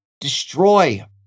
destroy